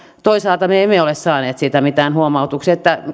toisaalta me emme ole saaneet siitä mitään huomautuksia